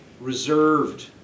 reserved